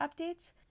updates